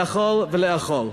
לאכול ולאכול.